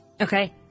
Okay